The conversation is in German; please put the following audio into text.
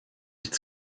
nicht